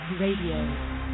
Radio